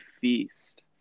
Feast